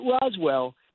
roswell